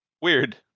weird